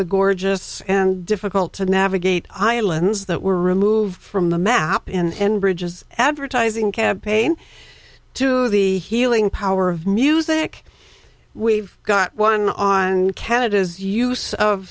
the gorgeous and difficult to navigate islands that were removed from the map and bridges advertising campaign to the healing power of music we've got one on canada's use of